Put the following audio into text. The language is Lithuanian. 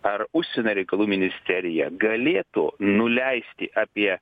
ar užsienio reikalų ministerija galėtų nuleisti apie